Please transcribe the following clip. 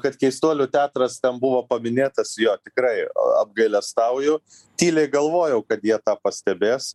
kad keistuolių teatras ten buvo paminėtas jo tikrai apgailestauju tyliai galvojau kad jie tą pastebės